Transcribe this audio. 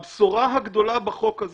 הבשורה הגדולה בחוק הזה,